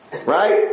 right